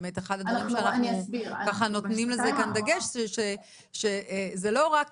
באמת אחד הדברים שאנחנו ככה נותנים לו כאן דגש זה שזה לא רק